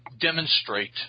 demonstrate